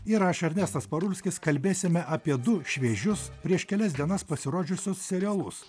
ir aš ernestas parulskis kalbėsime apie du šviežius prieš kelias dienas pasirodžiusius serialus